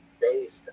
based